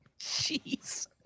jeez